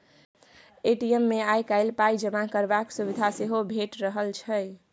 ATM मे आइ काल्हि पाइ जमा करबाक सुविधा सेहो भेटि रहल छै